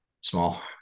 Small